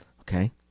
Okay